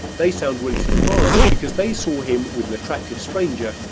they sound really surprised, because they saw him with an attractive stranger,